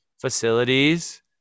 facilities